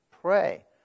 pray